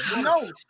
no